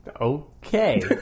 Okay